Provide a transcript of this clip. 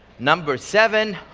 number seven.